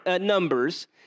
numbers